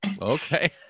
Okay